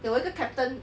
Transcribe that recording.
有一个 captain